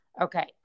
Okay